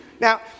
Now